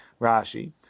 Rashi